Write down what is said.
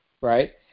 right